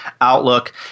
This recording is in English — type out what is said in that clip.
Outlook